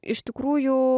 iš tikrųjų